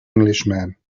englishman